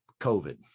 COVID